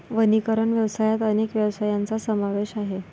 वनीकरण व्यवसायात अनेक व्यवसायांचा समावेश आहे